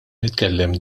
nitkellem